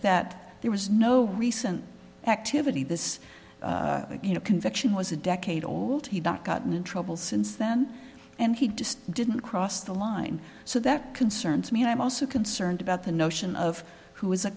that there was no recent activity this conviction was a decade old he got gotten in trouble since then and he just didn't cross the line so that concerns me and i'm also concerned about the notion of who is a